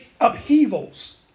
upheavals